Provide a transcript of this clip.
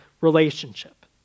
relationship